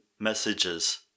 messages